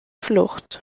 flucht